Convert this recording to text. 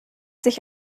sich